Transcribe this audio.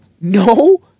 no